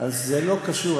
זה לא קשור.